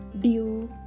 dew